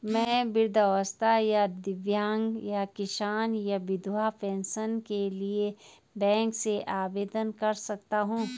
मैं वृद्धावस्था या दिव्यांग या किसान या विधवा पेंशन के लिए बैंक से आवेदन कर सकता हूँ?